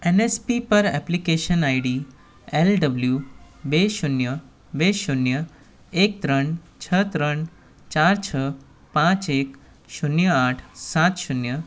NSP પર application ID L W બે શૂન્ય બે શૂન્ય એક ત્રણ છ ત્રણ ચાર છ પાંચ એક શૂન્ય આઠ સાત શૂન્ય